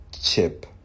Chip